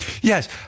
Yes